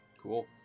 Cool